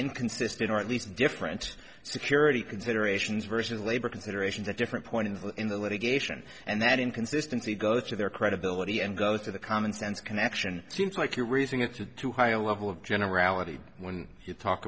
inconsistent or at least different security considerations versus labor considerations a different point in the litigation and that inconsistency goes to their credibility and goes to the common sense connection seems like you're raising it to too high a level of generality when you talk